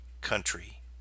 country